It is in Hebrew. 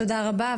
תודה רבה.